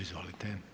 Izvolite.